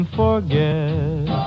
forget